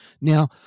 Now